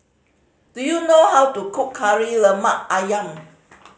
do you know how to cook Kari Lemak Ayam